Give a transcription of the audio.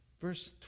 Verse